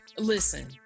listen